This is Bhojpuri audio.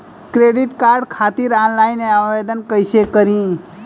क्रेडिट कार्ड खातिर आनलाइन आवेदन कइसे करि?